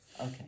Okay